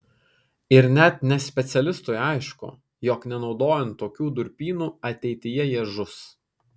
ir net nespecialistui aišku jog nenaudojant tokių durpynų ateityje jie žus